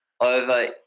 over